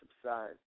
subside